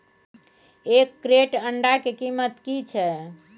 एक क्रेट अंडा के कीमत की छै?